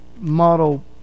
model